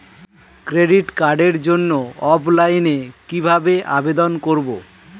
Credit কার্ডের জন্য অফলাইনে কিভাবে আবেদন করব?